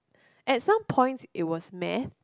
at some points it was Math